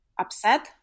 upset